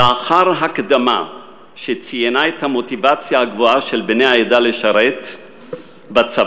לאחר הקדמה שציינה את המוטיבציה הגבוהה של בני העדה לשרת בצבא,